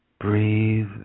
breathe